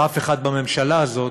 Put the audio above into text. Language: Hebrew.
ואף אחד בממשלה הזאת,